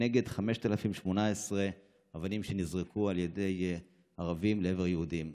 כנגד 5,018 מקרי אבנים שנזרקו על ידי ערבים לעבר יהודים.